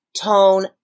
Tone